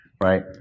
right